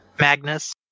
Magnus